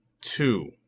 two